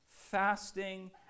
fasting